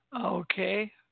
Okay